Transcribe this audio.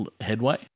headway